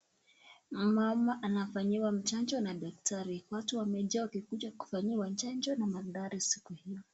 Mama anafanyiwa chanjo na daktari, watu wamechaa wakikuja kufanyiwa chanjo na madari siku hiyo.